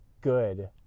good